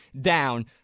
down